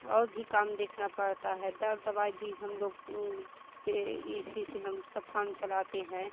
और भी काम देखना पड़ता है दर्द दवाई भी हम लोग पर इसी से हम सब काम चलाते है